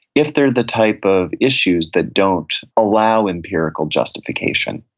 if they're the type of issues that don't allow empirical justification,